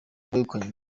uwegukanye